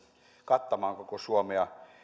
kattamaan koko suomea